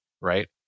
right